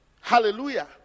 Hallelujah